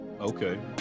Okay